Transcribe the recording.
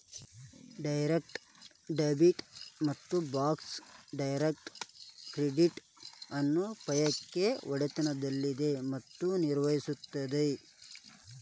direct debit ಮತ್ತು Bacs direct credit ಅನ್ನು pay U K ಒಡೆತನದಲ್ಲಿದೆ ಮತ್ತು ನಿರ್ವಹಿಸುತ್ತದೆ